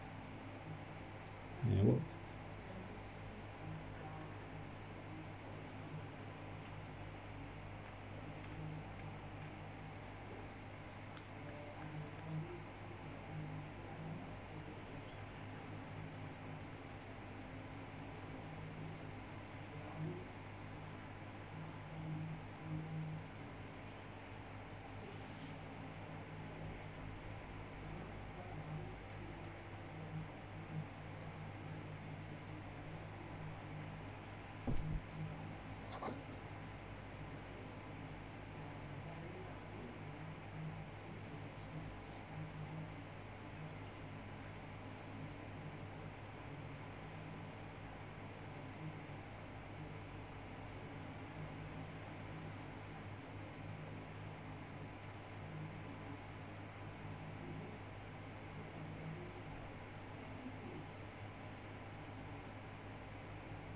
ya what